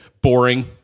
Boring